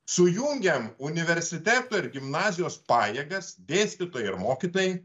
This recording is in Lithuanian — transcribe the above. sujungiam universiteto ir gimnazijos pajėgas dėstytojai ir mokytojai